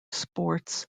sports